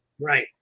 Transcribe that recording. Right